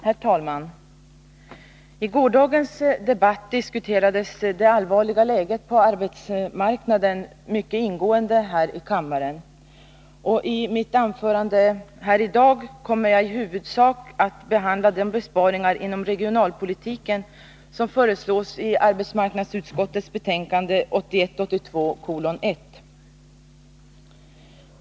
Herr talman! I gårdagens debatt diskuterades här i kammaren mycket ingående det allvarliga läget på arbetsmarknaden. I mitt anförande kommer jag att i huvudsak behandla de besparingar inom regionalpolitiken som föreslås i arbetsmarknadsutskottets betänkande 1981/82:1.